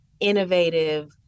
innovative